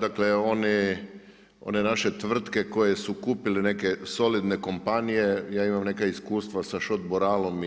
Dakle, one naše tvrtke koje su kupile neke solidne kompanije ja imam neka iskustva sa Schott Boralom